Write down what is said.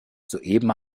soeben